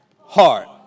heart